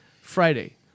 Friday